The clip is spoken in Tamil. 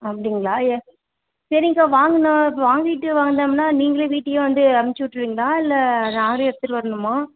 அப்படிங்களா சரிங்க்கா வாங்கணும் வாங்கிட்டு வந்தோமுனா நீங்களே வீட்டுக்கே வந்து அனுப்பிச்சி விட்ருவீங்களா இல்லை நானே எடுத்துட்டு வரணுமா